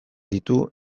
ditu